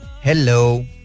Hello